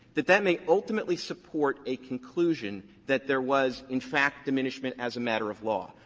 that that may ultimately support a conclusion that there was in fact diminishment as a matter of law.